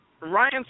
Ryan